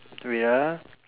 wait ah